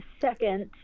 Second